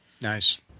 Nice